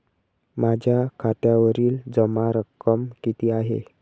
माझ्या खात्यावरील जमा रक्कम किती आहे?